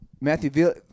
Matthew